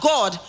God